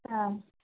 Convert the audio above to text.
ಹಾಂ